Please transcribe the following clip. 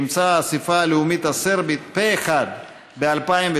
שאימצה האספה הלאומית הסרבית פה אחד ב-2016,